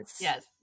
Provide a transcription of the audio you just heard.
Yes